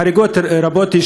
יש שם חריגות רבות.